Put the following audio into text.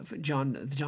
John